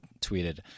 tweeted